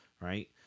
Right